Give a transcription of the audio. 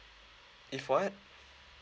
if what